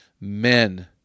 men